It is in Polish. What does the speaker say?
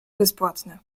bezpłatne